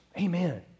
amen